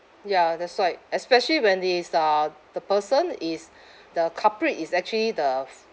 ya that's right especially when is ah the person is the culprit is actually the